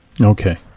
Okay